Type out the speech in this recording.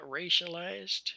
racialized